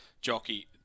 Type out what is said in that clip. jockey